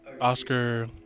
Oscar